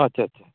ᱟᱪᱷᱟ ᱟᱪᱷᱟ